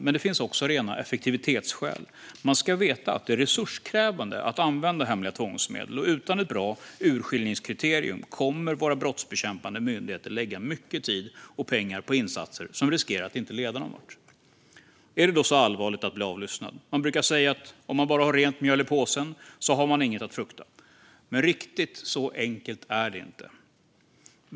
Men det finns också rena effektivitetsskäl. Man ska veta att det är resurskrävande att använda hemliga tvångsmedel, och utan ett bra urskillningskriterium kommer våra brottsbekämpande myndigheter att lägga mycket tid och pengar på insatser som riskerar att inte leda någonvart. Är det då så allvarligt att bli avlyssnad? Det brukar sägas att om man bara har rent mjöl i påsen har man inget att frukta. Men riktigt så enkelt är det inte.